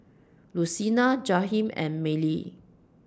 Lucina Jaheem and Mylie